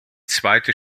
zweite